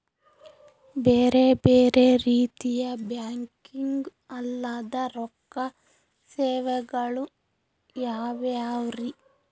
ಬೇರೆ ಬೇರೆ ರೀತಿಯ ಬ್ಯಾಂಕಿಂಗ್ ಅಲ್ಲದ ರೊಕ್ಕ ಸೇವೆಗಳು ಯಾವ್ಯಾವ್ರಿ?